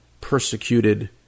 persecuted